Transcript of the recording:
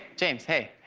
james, hey,